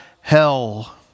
hell